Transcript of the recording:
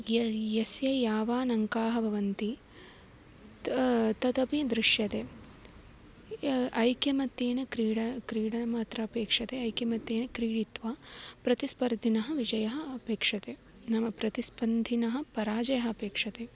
य यस्य यावान् अङ्काः भवन्ति त् तदपि दृश्यते ऐक्यमत्येन क्रीडा क्रीडनम् अत्र अपेक्ष्यते ऐकमत्येन क्रीडित्वा प्रतिस्पर्धिनः विषयः अपेक्ष्यते नाम प्रतिस्पर्धिनः पराजयः अपेक्ष्यते